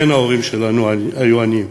כן, ההורים שלנו היו עניים,